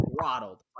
throttled